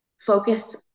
focused